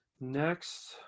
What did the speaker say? next